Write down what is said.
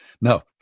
No